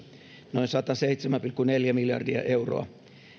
noin sataseitsemän pilkku neljä miljardia euroa